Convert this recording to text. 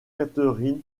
catherine